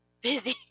busy